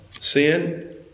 sin